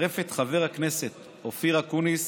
לצרף את חבר הכנסת אופיר אקוניס